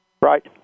Right